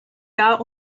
gar